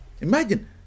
Imagine